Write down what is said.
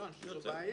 לא, אני חושב שזו בעיה.